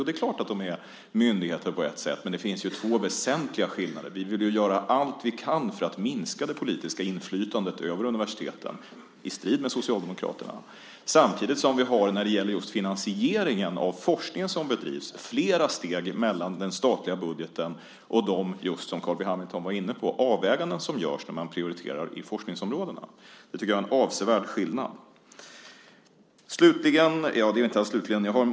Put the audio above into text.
Det är klart att de är myndigheter på ett sätt, men det finns två väsentliga skillnader. Vi vill göra allt vi kan för att minska det politiska inflytandet över universiteten, i strid med Socialdemokraterna. Samtidigt har vi, när det gäller finansieringen av den forskning som bedrivs, flera steg mellan den statliga budgeten och, som Carl B Hamilton var inne på, de avvägningar som görs när man prioriterar i forskningsområdena. Det tycker jag är en avsevärd skillnad.